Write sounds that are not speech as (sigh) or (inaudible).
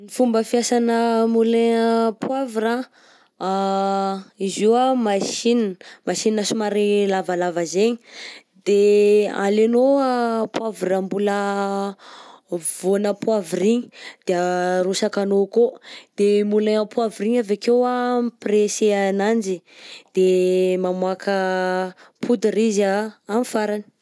Ny fomba fiasanà moulin à poivre anh (hesitation) izy io anh machine, machine somary lavalava zaigny. _x000D_ De alainao (hesitation) poavra mbola voanà poavra igny de arosakanao akao de moulin à poivre igny avy akeo anh mi-presser ananjy de mamoaka poudre izy anh am'farany.